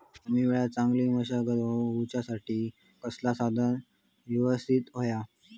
कमी वेळात चांगली मशागत होऊच्यासाठी कसला साधन यवस्तित होया?